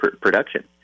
production